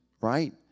right